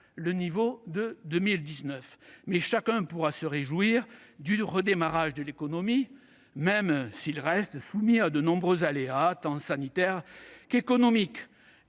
son niveau de 2019, mais chacun pourra se réjouir du redémarrage de l'économie, même si celui-ci reste soumis à de nombreux aléas tant sanitaires qu'économiques